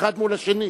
האחד מול השני.